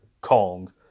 Kong